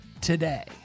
today